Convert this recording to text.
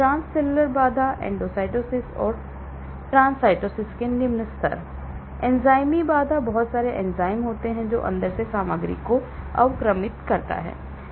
Transcellular बाधा endocytosis और trancytosis के निम्न स्तर एंजाइमी बाधा बहुत सारे एंजाइम होते हैं जो अंदर से सामग्री को अवक्रमित करता है